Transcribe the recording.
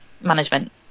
management